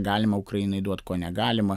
galima ukrainai duot ko negalima